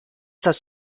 das